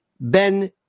Ben